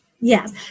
Yes